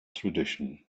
tradition